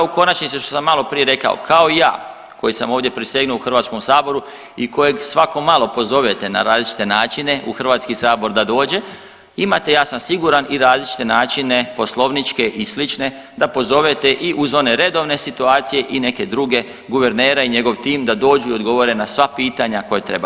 U konačnici što sam malo prije rekao, kao i ja koji sam ovdje prisegnuo u Hrvatskom saboru i kojeg svako malo pozove na različite načine u Hrvatski sabor da dođe, imate ja sam siguran i različite načine poslovničke i slične da pozovete i uz one redovne situacije i neke druge, guvernera i njegov tim da dođu i odgovore na sva pitanja koja treba.